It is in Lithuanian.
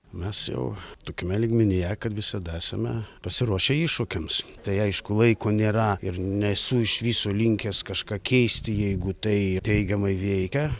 mes jau tokiame lygmenyje kad visada esame pasiruošę iššūkiams tai aišku laiko nėra ir nesu iš viso linkęs kažką keisti jeigu tai teigiamai veikia